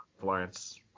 Florence